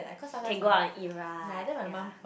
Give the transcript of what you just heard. can go out and eat right ya